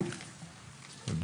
בוקר טוב לכולם.